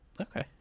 okay